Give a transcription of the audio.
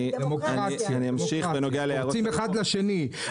קורצים אחד לשני.